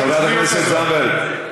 חברת הכנסת זנדברג.